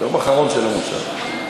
יום אחרון של המושב.